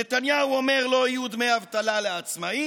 נתניהו אומר לא יהיו דמי אבטלה לעצמאים,